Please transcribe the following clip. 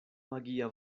magia